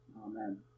Amen